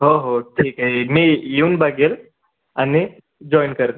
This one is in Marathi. हो हो ठीक आहे मी येऊन बघेल आणि जॉइन करेन